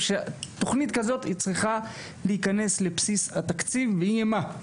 שתוכנית כזאת היא צריכה להיכנס לבסיס התקציב ויהי מה.